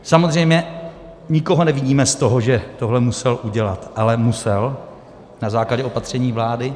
Samozřejmě nikoho neviníme z toho, že tohle musel udělat, ale musel na základě opatření vlády.